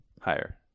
higher